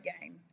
game